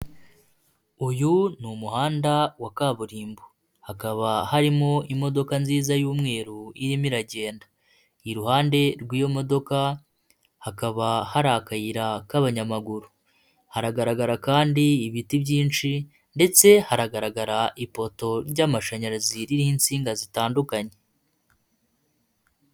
Uyu ni umuhanda wa kaburimbo, hakaba harimo imodoka nziza y'umweru irimo iragenda, iruhande rw'iyo modoka hakaba hari akayira k'abanyamaguru, haragaragara kandi ibiti byinshi ndetse haragaragara ipoto ry'amashanyarazi ririho insinga zitandukanye.